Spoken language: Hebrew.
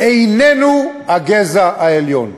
איננו הגזע העליון.